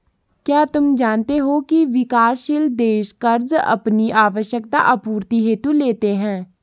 क्या तुम जानते हो की विकासशील देश कर्ज़ अपनी आवश्यकता आपूर्ति हेतु लेते हैं?